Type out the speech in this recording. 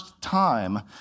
time